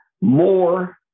more